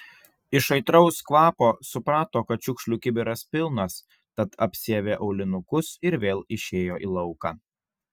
iš aitraus kvapo suprato kad šiukšlių kibiras pilnas tad apsiavė aulinukus ir vėl išėjo į lauką